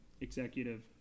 executive